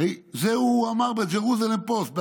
הרי את זה הוא אמר בג'רוזלם פוסט באנגלית.